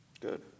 Good